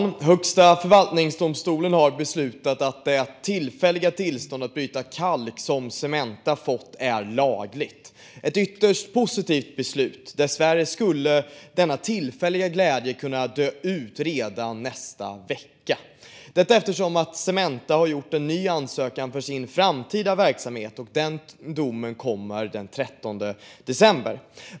Herr talman! Högsta förvaltningsdomstolen har beslutat att det tillfälliga tillstånd att bryta kalk som Cementa fått är lagligt. Det är ett ytterst positivt beslut. Dessvärre skulle denna tillfälliga glädje kunna dö ut redan nästa vecka, detta eftersom Cementa har gjort en ny ansökan för sin framtida verksamhet och den domen kommer den 13 december.